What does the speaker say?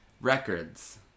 Records